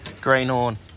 Greenhorn